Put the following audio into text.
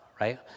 right